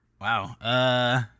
Wow